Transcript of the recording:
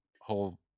whole